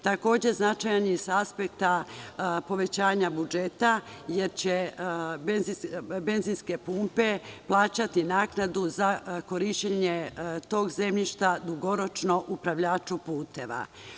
Takođe, značajan je i sa aspekta povećanja budžeta, jer će benzinske pumpe plaćati naknadu za korišćenje tog zemljišta dugoročno upravljaču puteva.